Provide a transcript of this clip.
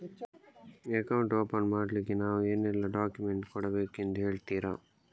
Account open ಮಾಡ್ಲಿಕ್ಕೆ ನಾವು ಏನೆಲ್ಲ ಡಾಕ್ಯುಮೆಂಟ್ ಕೊಡಬೇಕೆಂದು ಹೇಳ್ತಿರಾ?